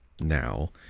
now